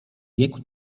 biegł